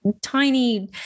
tiny